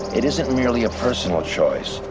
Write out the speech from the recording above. it isn't merely a personal choice,